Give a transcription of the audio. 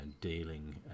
dealing